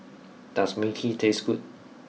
does Mui Kee taste good